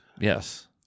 yes